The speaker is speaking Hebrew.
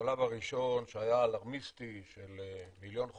השלב הראשון שהיה אלרמיסטי של מיליון חולים,